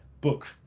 book